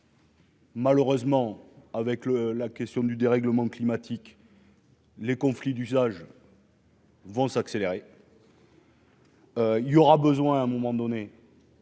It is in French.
Malheureusement, avec le la question du dérèglement climatique. Les conflits d'usage. Vont s'accélérer. Il y aura besoin à un moment donné.